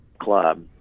club